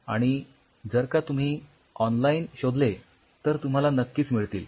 आणि जर का तुम्ही ऑनलाईन शोधले तर तुम्हाला नक्कीच मिळतील